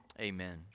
Amen